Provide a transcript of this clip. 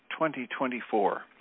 2024